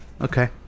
Okay